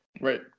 Right